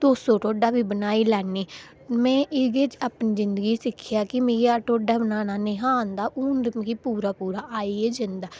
तुस ढोड्डा बी बनाई लैने में एह् अपनी जिंदगी च सिक्खेआ कि मिगी ढोड्डा बनाना निं आंदा हू'न ते मिगी पूरा पूरा आई गै जंदा